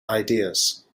ideas